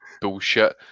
Bullshit